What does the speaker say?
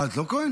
אתה לא כוהן?